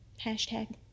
Hashtag